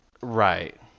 Right